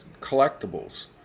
collectibles